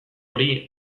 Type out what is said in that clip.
hori